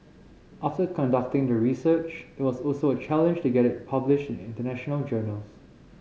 after conducting the research it was also a challenge to get it published in international journals